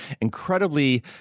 incredibly